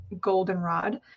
goldenrod